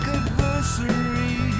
adversary